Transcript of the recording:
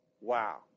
Wow